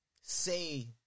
say